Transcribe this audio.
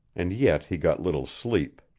and yet he got little sleep.